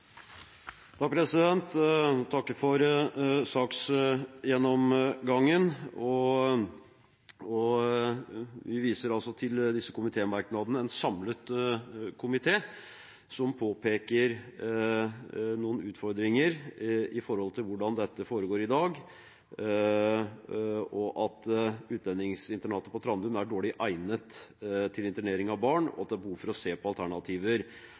takker for saksgjennomgangen. Vi viser til merknadene fra en samlet komité, som påpeker noen utfordringer med tanke på hvordan dette foregår i dag: at utlendingsinternatet på Trandum er dårlig egnet til internering av barn, at det er behov for å se på alternativer,